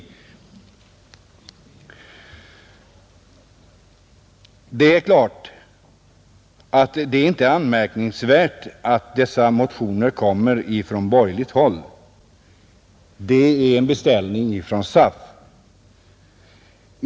Det är inte anmärkningsvärt att en sådan motion kommer ifrån borgerligt håll. Det är en beställning från SAF.